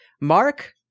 Mark